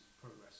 progress